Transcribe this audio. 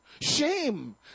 shame